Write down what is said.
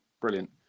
Brilliant